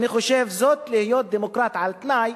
להיות דמוקרט על-תנאי,